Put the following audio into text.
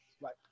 Right